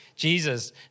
Jesus